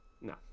No